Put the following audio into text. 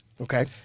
Okay